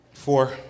Four